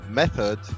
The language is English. method